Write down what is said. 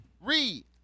Read